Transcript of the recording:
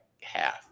half